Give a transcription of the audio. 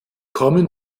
kommen